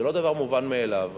זה לא דבר מובן מאליו.